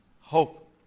hope